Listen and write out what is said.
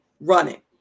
running